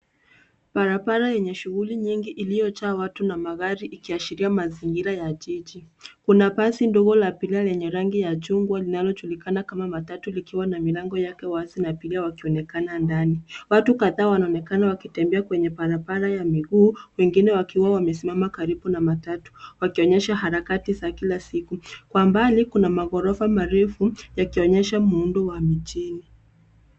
Barabara yenye shughuli nyingi iliyojaa watu na magari ikiashiria mazingira ya jiji. Kuna basi ndogo la abiria lenye rangi ya chungwa linalojulikana kama matatu likiwa na milango yake wazi na abiria wakionekana ndani. Watu kadhaa wanaonekana wakitembea kwenye barabara ya miguu, wengine wakiwa wamesimama karibu na matatu wakionyesha harakati za kila siku. Kwa mbali kuna magorofa marefu yakionyesha muundo wa mijini.